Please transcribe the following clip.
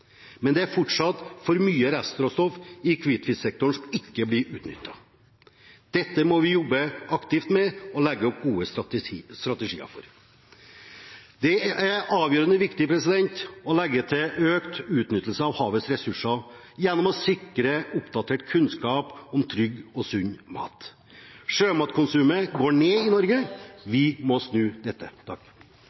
men det er fortsatt for mye restråstoff i hvitfisksektoren som ikke blir utnyttet. Dette må vi jobbe aktivt med og legge opp gode strategier for. Det er avgjørende viktig å legge til rette for økt utnyttelse av havets ressurser gjennom å sikre oppdatert kunnskap om trygg og sunn mat. Sjømatkonsumet går ned i Norge, vi må snu dette.